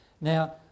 Now